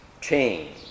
change